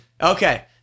Okay